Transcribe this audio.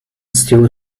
still